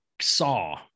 saw